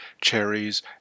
cherries